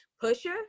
Pusher